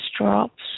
drops